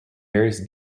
various